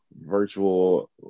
virtual